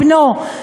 בנו,